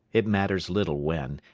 it matters little when,